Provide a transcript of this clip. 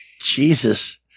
Jesus